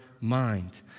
mind